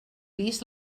vist